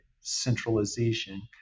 centralization